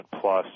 plus